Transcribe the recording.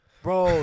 Bro